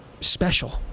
special